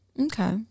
okay